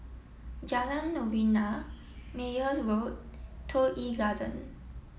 Jalan Novena Meyer Road Toh Yi Garden